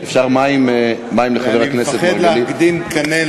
אני רוצה לסיים ולומר: לשר הפנים יש שיקול דעת מאוד מאוד רחב,